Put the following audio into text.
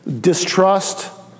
Distrust